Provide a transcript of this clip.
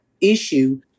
issue